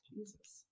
Jesus